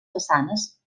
façanes